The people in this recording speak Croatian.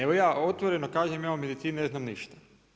Evo ja otvoreno kažem, ja o medicini ne znam ništa.